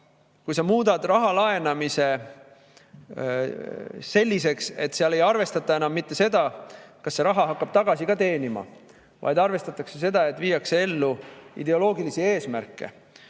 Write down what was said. Kui sa muudad raha laenamise selliseks, et seal ei arvestata enam mitte seda, kas see raha hakkab tagasi ka teenima, vaid arvestatakse seda, et viiakse ellu ideoloogilisi eesmärke,